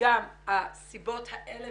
וגם הסיבות האלה